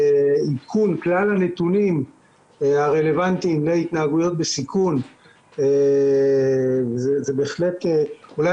ועדכון כלל הנתונים הרלוונטיים להתנהגויות בסיכון זה בהחלט אולי